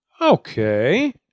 Okay